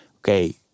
okay